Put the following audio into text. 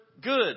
good